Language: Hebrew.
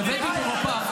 הבאתי מפה,